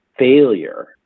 failure